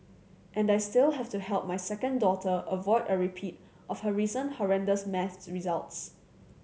and I still have to help my second daughter avoid a repeat of her recent horrendous maths results